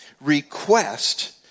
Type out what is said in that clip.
request